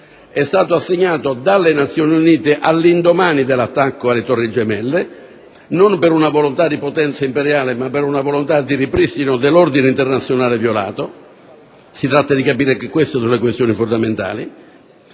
È stato assegnato dalle Nazioni unite all'indomani dell'attacco alle Torri gemelle, non per una volontà di potenza imperiale, ma per una volontà di ripristino dell'ordine internazionale violato. Si tratta di capire che queste sono le questioni fondamentali: